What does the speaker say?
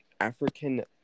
African